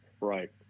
Right